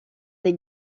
les